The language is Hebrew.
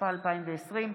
התשפ"א 2020,